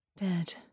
Bed